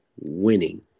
winning